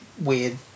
weird